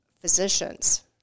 physicians